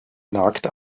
nagt